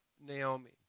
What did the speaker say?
Naomi